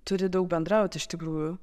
turi daug bendraut iš tikrųjų